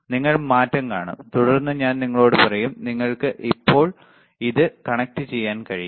നിങ്ങൾ മാറ്റം കാണും തുടർന്ന് ഞാൻ നിങ്ങളോട് പറയും നിങ്ങൾക്ക് ഇപ്പോൾ ഇത് കണക്റ്റുചെയ്യാൻ കഴിയും